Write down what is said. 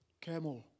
camel